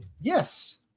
Yes